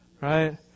Right